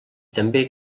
també